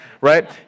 right